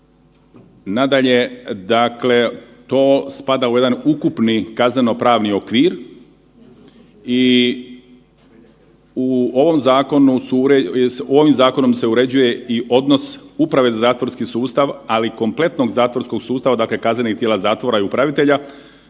Nadalje, dakle to spada u jedan ukupni kazneno pravni okvir i u ovom zakonu su uređeni, ovim zakonom se uređuje i odnos uprave za zatvorski sustav, ali kompletnog zatvorskog sustava, dakle kaznenih tijela zatvora i upravitelja